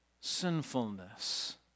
sinfulness